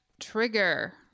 Trigger